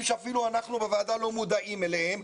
שאפילו אנחנו בוועדה לא מודעים להם.